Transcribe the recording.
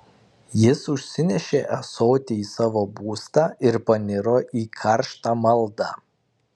jis užsinešė ąsotį į savo būstą ir paniro į karštą maldą